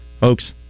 Folks